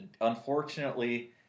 unfortunately